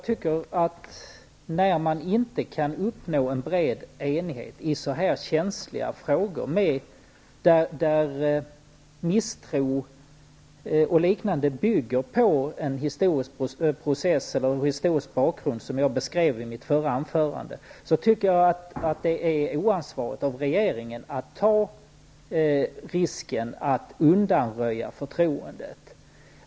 När det inte går att uppnå en bred enighet i så här känsliga frågor där misstro och liknande har en historisk bakgrund, som jag beskrev i mitt förra anförande, anser jag att det är oansvarigt av regeringen att ta risken att undanröja förtroendet.